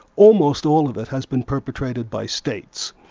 almost all of it has been perpetrated by states.